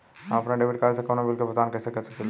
हम अपने debit card से कउनो बिल के भुगतान कइसे कर सकीला?